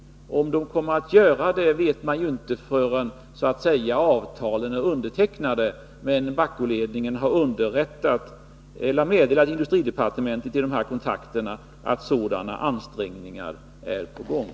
Om de kommer att göra det vet man inte förrän avtalen är undertecknade, men Bahcoledningen har vid dessa kontakter meddelat industridepartementet att sådana ansträngningar är på gång.